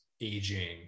aging